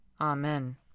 Amen